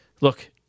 Look